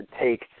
take